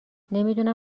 نمیدونم